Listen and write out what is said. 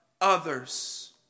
others